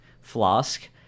flask